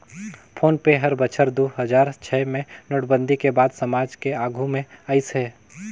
phone पे हर बछर दू हजार छै मे नोटबंदी के बाद समाज के आघू मे आइस हे